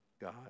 God